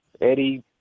Eddie